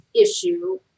issue